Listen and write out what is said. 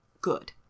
good